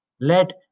Let